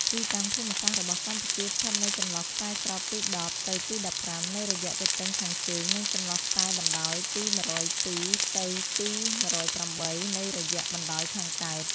ទីតាំងភូមិសាស្ត្ររបស់កម្ពុជាស្ថិតនៅចន្លោះខ្សែស្របទី១០ ទៅទី១៥ នៃរយៈទទឹងខាងជើង និងចន្លោះខ្សែបណ្តោយទី១០២ ទៅទី១០៨ នៃរយៈបណ្តោយខាងកើត។